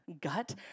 gut